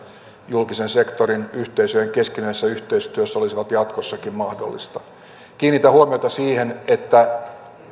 julkisen sektorin yhteisöjen keskinäisessä yhteistyössä olisivat jatkossakin mahdollisia kiinnitän huomiota siihen että